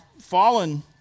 fallen